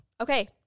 Okay